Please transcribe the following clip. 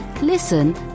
Listen